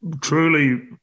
Truly